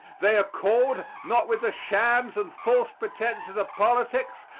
they accord, not with the shams and false pretences of politics,